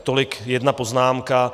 Tolik jedna poznámka.